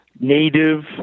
native